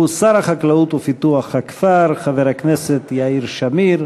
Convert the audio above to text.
שר החקלאות ופיתוח הכפר חבר הכנסת יאיר שמיר.